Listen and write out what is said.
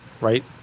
right